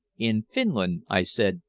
in finland, i said,